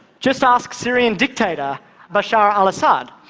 just ask syrian dictator bashar al-assad,